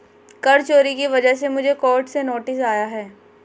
कर चोरी की वजह से मुझे कोर्ट से नोटिस आया है